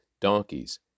donkeys